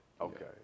Okay